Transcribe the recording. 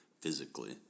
physically